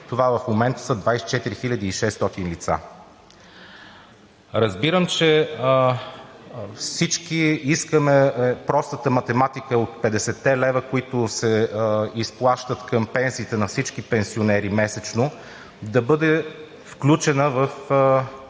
Това в момента са 24 600 лица. Разбирам, че всички искаме простата математика от 50-те лева, които се изплащат към пенсиите на всички пенсионери месечно, да бъде включена в